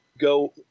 go